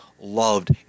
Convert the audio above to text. loved